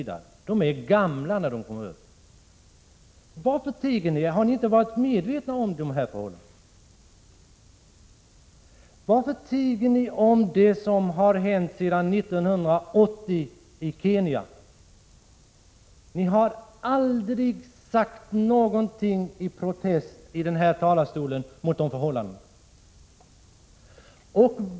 De är gamla när de blir tonåringar. Varför tiger ni? Har ni inte varit medvetna om dessa förhållanden? Varför tiger ni om det som har hänt sedan 1980 i Kenya? Ni har aldrig från den här talarstolen sagt någonting i protest mot de förhållandena.